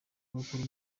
bagakora